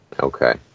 Okay